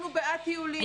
אנחנו בעד טיולים,